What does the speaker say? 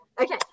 okay